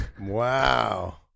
Wow